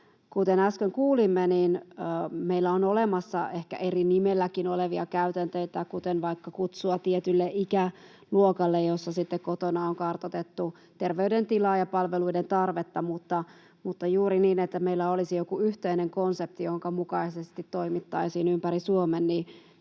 kuten äsken kuulimme, meillä on olemassa ehkä eri nimelläkin olevia käytänteitä, kuten vaikka kutsu tietylle ikäluokalle, jossa sitten kotona on kartoitettu terveydentilaa ja palveluiden tarvetta. Mutta juuri tällaista, että meillä olisi joku yhteinen konsepti, jonka mukaisesti toimittaisiin ympäri Suomen,